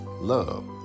love